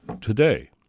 today